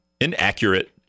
inaccurate